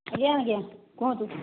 ଆଜ୍ଞା ଆଜ୍ଞା କୁହନ୍ତୁ